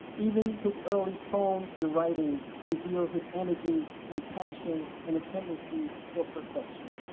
even his early poems and writings revealed his energy and passion and a tendency for perfection.